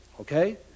Okay